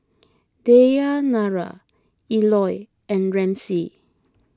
Dayanara Eloy and Ramsey